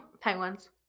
Penguins